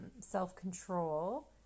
self-control